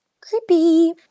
creepy